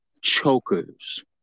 Chokers